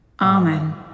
Amen